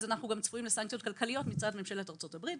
אז אנחנו גם צפויים לסנקציות כלכליות מצד ממשלת ארצות הברית.